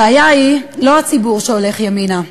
הבעיה היא לא הציבור שהולך ימינה,